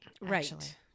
right